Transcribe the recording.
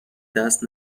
دست